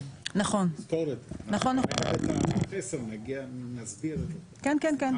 צריך לזכור את זה --- נכון, כן כן.